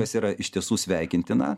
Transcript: kas yra iš tiesų sveikintina